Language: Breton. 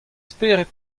spered